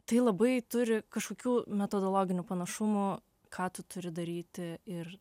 tai labai turi kažkokių metodologinių panašumų ką tu turi daryti ir